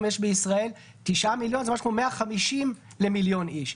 שזה כ-150 למיליון איש.